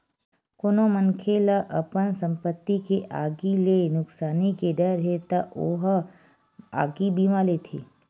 कोनो मनखे ल अपन संपत्ति के आगी ले नुकसानी के डर हे त ओ ह आगी बीमा लेथे